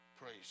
Praise